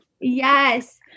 Yes